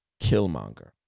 Killmonger